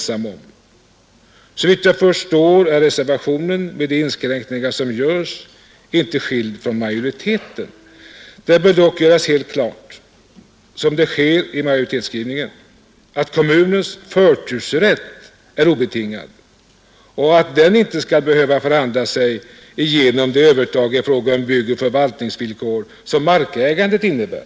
Såvitt jag förstår är reservationen med de inskränkningar som görs inte så skild från majoritetens förslag. Det bör dock göras helt klart, som också sker i majoritetens skrivning, att kommunens förtursrätt är obetingad och att kommunen inte skall behöva förhandla sig igenom det övertag i fråga om byggoch förvaltningsvillkor som markägandet innebär.